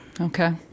Okay